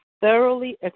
thoroughly